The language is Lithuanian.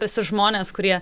visi žmonės kurie